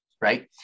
right